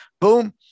Boom